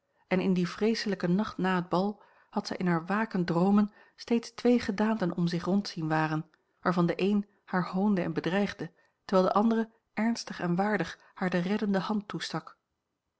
en in dien vreeselijken nacht na het bal had zij in haar wakend droomen steeds twee gedaanten om zich rond zien waren waarvan de een haar hoonde en bedreigde terwijl de andere ernstig en waardig haar de reddende hand toestak